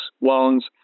loans